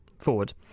forward